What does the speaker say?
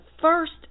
first